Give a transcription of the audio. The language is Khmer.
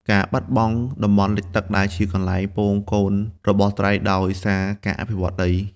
ការបាត់បង់ តំបន់លិចទឹក ដែលជាកន្លែងពងកូនរបស់ត្រីដោយសារការអភិវឌ្ឍដី។